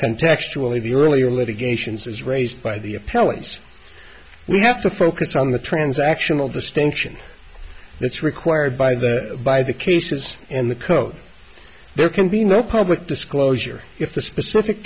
contextually the earlier litigations as raised by the appellants we have to focus on the transactional distinction that's required by the by the cases in the code there can be no public disclosure if the specific